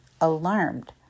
alarmed